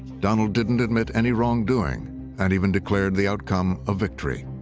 donald didn't admit any wrongdoing and even declared the outcome a victory.